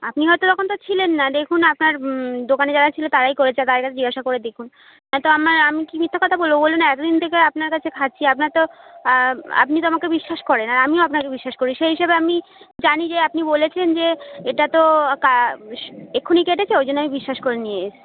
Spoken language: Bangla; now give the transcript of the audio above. আপনি হয়তো তখন তো ছিলেন না দেখুন আপনার দোকানে যারা ছিলো তারাই করেছে তাদের কাছেই জিজ্ঞাসা করে দেখুন নয়তো আমায় আমি কি মিথ্যা কথা বলবো বলুন এতদিন থেকে আপনার কাছে খাচ্ছি আপনার তো আপনি তো আমাকে বিশ্বাস করেন আর আমিও আপনাকে বিশ্বাস করি সেই হিসেবে আমি জানি যে আপনি বলেছেন যে এটা তো এক্ষুনি কেটেছে ওই জন্য আমি বিশ্বাস করে নিয়ে এসছি